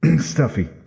Stuffy